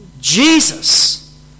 Jesus